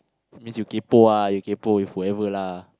means you kaypoh ah you kaypoh you forever lah